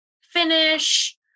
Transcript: finish